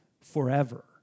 forever